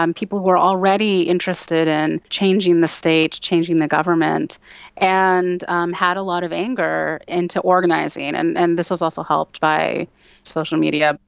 um people were already interested in changing the state, changing the government and um had a lot of anger, into organising. and and this was also helped by social media.